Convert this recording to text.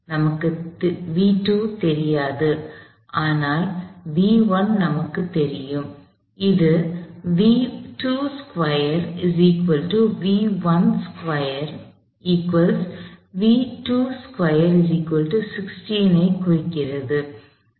நமக்கு தெரியாது ஆனால் நமக்கு தெரியும் இது குறிக்கிறது